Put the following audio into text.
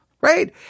Right